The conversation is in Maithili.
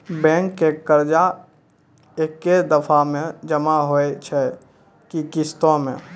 बैंक के कर्जा ऐकै दफ़ा मे जमा होय छै कि किस्तो मे?